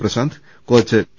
Prashant coach P